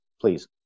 please